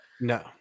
no